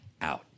out